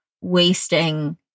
wasting